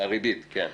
הריבית, כן.